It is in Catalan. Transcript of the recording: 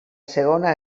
segona